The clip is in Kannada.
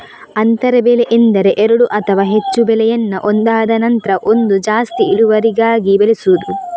ಅಂತರ ಬೆಳೆ ಎಂದರೆ ಎರಡು ಅಥವಾ ಹೆಚ್ಚು ಬೆಳೆಯನ್ನ ಒಂದಾದ ನಂತ್ರ ಒಂದು ಜಾಸ್ತಿ ಇಳುವರಿಗಾಗಿ ಬೆಳೆಸುದು